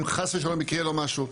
אם חס ושלום יקרה לו משהו.